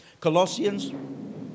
Colossians